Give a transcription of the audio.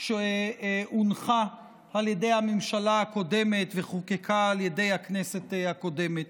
שהונחה על ידי הממשלה הקודמת וחוקקה על ידי הכנסת הקודמת.